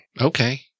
Okay